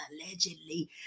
allegedly